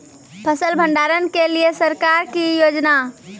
फसल भंडारण के लिए सरकार की योजना?